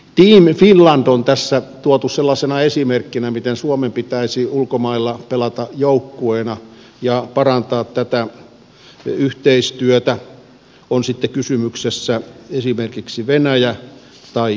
team finland on tässä tuotu sellaisena esimerkkinä miten suomen pitäisi ulkomailla pelata joukkueena ja parantaa tätä yhteistyötä on sitten kysymyksessä esimerkiksi venäjä tai kiina